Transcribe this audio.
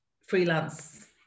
freelance